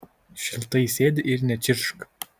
šiltai sėdi ir nečirkšk